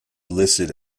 listed